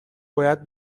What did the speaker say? باید